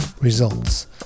results